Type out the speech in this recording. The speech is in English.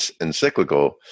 encyclical